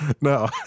No